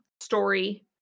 story